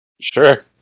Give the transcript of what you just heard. Sure